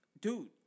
Dude